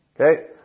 okay